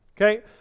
okay